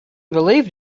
believed